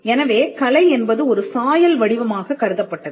எனவே கலை என்பது ஒரு சாயல் வடிவமாக கருதப்பட்டது